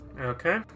Okay